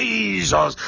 Jesus